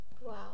Wow